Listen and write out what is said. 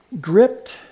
gripped